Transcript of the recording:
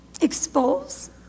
expose